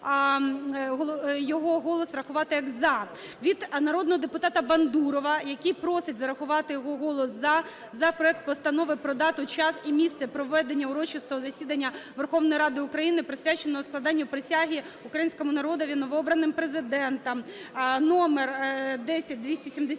його рахувати як "за". Від народного депутата Бандурова, який просить зарахувати його голос "за" за проект Постанови про дату, час і місце проведення урочистого засідання Верховної Ради України, присвяченого складанню присяги Українському народові новообраним Президентом (№ 10270-2)